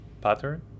pattern